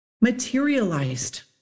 materialized